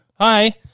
Hi